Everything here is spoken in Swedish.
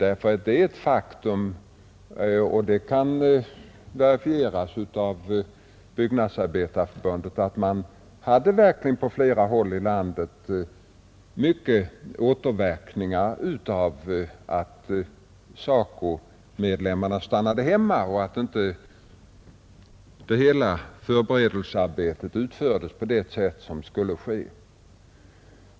Det är ett faktum — och det kan verifieras av Byggnadsarbetarförbundet — att man på flera håll i landet verkligen hade många återverkningar av att SACO:s medlemmar stannade hemma och att inte hela förberedelsearbetet utfördes på det sätt som skulle ske.